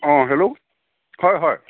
অঁ হেল্ল' হয় হয়